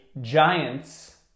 Giants